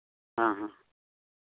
ᱦᱮᱸ ᱦᱮᱸ